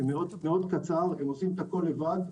זה מאוד קצר, הם עושים את הכל לבד,